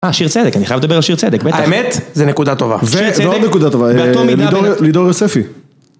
אה שיר צדק אני חייב לדבר על שיר צדק בטח. האמת זה נקודה טובה. ועוד נקודה טובה לידור יוספי